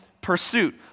pursuit